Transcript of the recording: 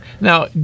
Now